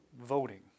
Voting